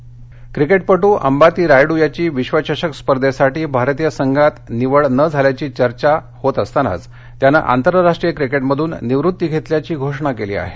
ride क्रिकेटपट्र अंबाती रायड्र याघी विश्वचषक स्पर्धेसाठी भारतीय संघात रायड्रची निवड न झाल्याघी चर्चा क्रिकेट होत असतानाचत्यानं आंतरराष्ट्रीय क्रिकेटमधून निवृत्ती घेतल्याची घोषणा केली आहे